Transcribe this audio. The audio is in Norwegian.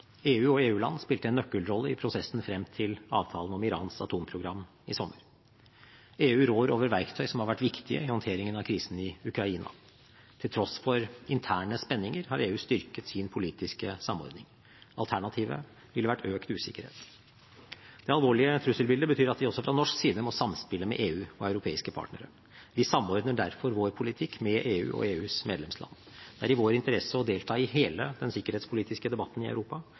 EU og EU-land spilte en nøkkelrolle i prosessen frem til avtalen om Irans atomprogram i sommer. EU råder over verktøy som har vært viktige i håndteringen av krisen i Ukraina. Til tross for interne spenninger har EU styrket sin politiske samordning. Alternativet ville vært økt usikkerhet. Det alvorlige trusselbildet betyr at vi også fra norsk side må samspille med EU og europeiske partnere. Vi samordner derfor vår politikk med EU og EUs medlemsland. Det er i vår interesse å delta i hele den sikkerhetspolitiske debatten i Europa